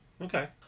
Okay